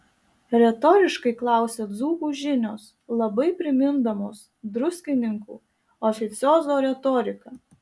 retoriškai klausia dzūkų žinios labai primindamos druskininkų oficiozo retoriką